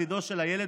על עתידו של הילד.